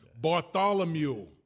Bartholomew